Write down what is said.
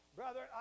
brother